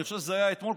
אני חושב שזה היה אתמול,